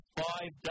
five